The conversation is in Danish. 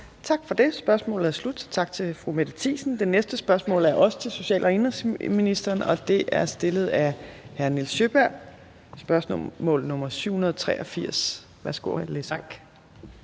Tak for det. Spørgsmålet er slut. Tak til fru Mette Thiesen. Det næste spørgsmål er også til social- og indenrigsministeren. Det er spørgsmål nr. 783, og det er